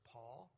Paul